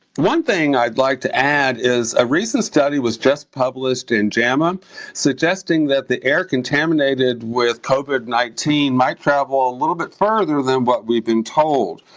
one thing i'd like to add is, a recent study was just published in jama suggesting that the air contaminated with covid nineteen might travel a little bit farther than what we've been told,